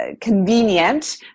convenient